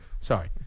Sorry